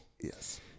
Yes